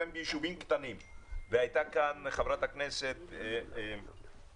ביישובים קטנים והייתה כאן חברת הכנסת זנדברג